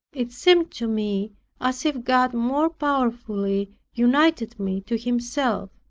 it seemed to me as if god more powerfully united me to himself.